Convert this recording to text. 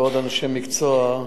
ועוד אנשי מקצוע.